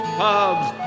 pubs